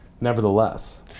nevertheless